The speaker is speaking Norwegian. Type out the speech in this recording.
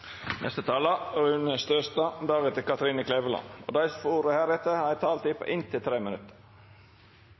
Dei talarane som heretter får ordet, har ei taletid på inntil 3 minutt.